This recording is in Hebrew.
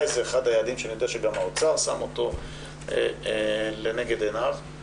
זה אחד היעדים שאני יודע שגם האוצר שם אותו לנגד עיניו,